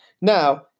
Now